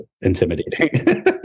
intimidating